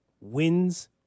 wins